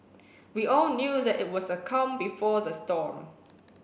we all knew that it was the calm before the storm